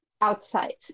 outside